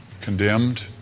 condemned